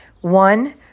One